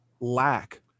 lack